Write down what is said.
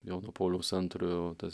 jono pauliaus antrojo tas